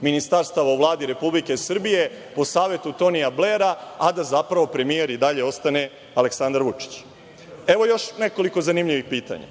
ministarstava u Vladi Republike Srbije, po savetu Tonija Blera, a da zapravo premijer i dalje ostane Aleksandar Vučić. Evo još nekoliko zanimljivih pitanja.